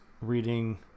reading